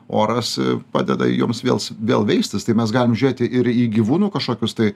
oras padeda joms vėl vėl veistis tai mes galim žiūrėti ir į gyvūnų kažkokius tai